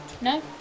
No